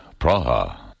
Praha